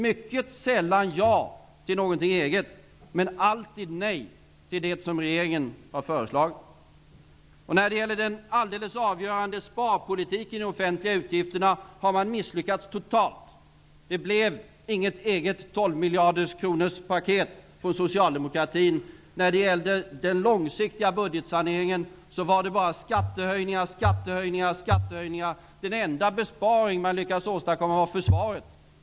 Mycket sällan har de sagt ja till något eget, men alltid nej till det som regeringen har föreslagit. I fråga om den alldeles avgörande sparpolitiken för de offentliga utgifterna har de misslyckats totalt. Det blev inget eget paket på 12 miljarder kronor för socialdemokratin. I fråga om den långsiktiga budgetsaneringen var det bara skattehöjningar, skattehöjningar och skattehöjningar. Den enda besparing de lyckades åstadkomma var på försvaret.